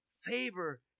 favor